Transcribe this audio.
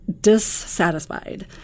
dissatisfied